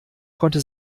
konnte